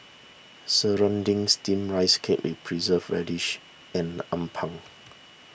Serunding Steamed Rice Cake with Preserved Radish and Appam